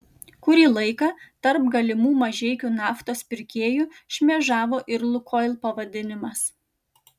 kurį laiką tarp galimų mažeikių naftos pirkėjų šmėžavo ir lukoil pavadinimas